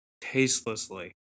tastelessly